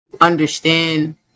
understand